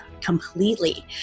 completely